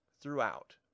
throughout